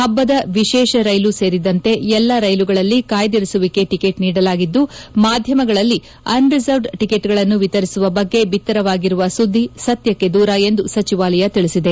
ಹಬ್ಬದ ವಿಶೇಷ ರೈಲು ಸೇರಿದಂತೆ ಎಲ್ಲಾ ರೈಲುಗಳಲ್ಲಿ ಕಾಯ್ದಿರಿಸುವಿಕೆ ಟಿಕೆಟ್ ನೀಡಲಾಗಿದ್ದು ಮಾಧ್ಯಮಗಳಲ್ಲಿ ಅನ್ರಿಸರ್ವ್ದ್ ಟಿಕೆಟ್ಗಳನ್ನು ವಿತರಿಸುವ ಬಗ್ಗೆ ಬಿತ್ತರವಾಗಿರುವ ಸುದ್ದಿ ಸತ್ಯಕ್ಕೆ ದೂರ ಎಂದು ಸಚಿವಾಲಯ ಹೇಳಿದೆ